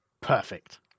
Perfect